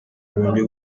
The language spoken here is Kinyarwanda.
yagombye